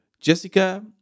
Jessica